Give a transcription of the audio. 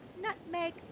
nutmeg